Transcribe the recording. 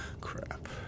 Crap